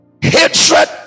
hatred